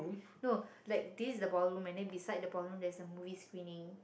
no like this is the ball room and then beside the ball room there is a movie screening